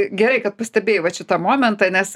gerai kad pastebėjai vat šitą momentą nes